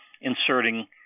inserting